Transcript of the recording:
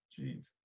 Jeez